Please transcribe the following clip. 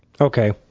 Okay